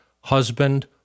husband